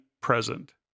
present